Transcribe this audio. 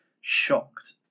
shocked